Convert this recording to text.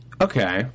Okay